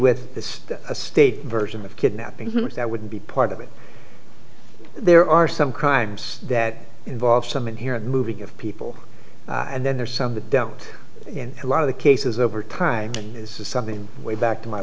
with this a state version of kidnapping that would be part of it there are some crimes that involve some in here moving of people and then there are some that don't and a lot of the cases over time and this is something way back to my